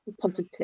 positive